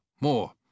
More